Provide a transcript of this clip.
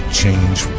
change